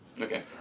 Okay